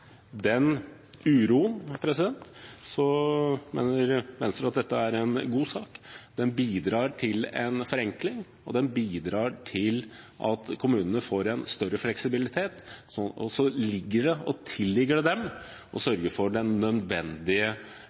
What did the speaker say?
uroen mener Venstre at dette er en god sak. Den bidrar til en forenkling, og den bidrar til at kommunene får en større fleksibilitet. Så tilligger det dem å sørge for den nødvendige